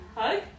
hug